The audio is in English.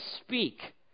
speak